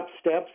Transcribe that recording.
steps